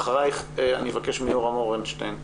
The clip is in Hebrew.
אחרייך אני אבקש מיורם אורנשטיין שידבר.